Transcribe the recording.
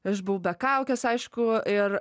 aš buvau be kaukės aišku ir